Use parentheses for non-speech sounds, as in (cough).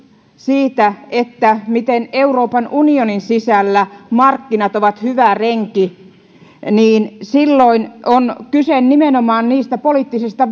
siitä miten euroopan unionin sisällä markkinat ovat hyvä renki niin silloin on kyse nimenomaan niistä poliittisista (unintelligible)